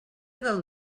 del